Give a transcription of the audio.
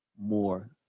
more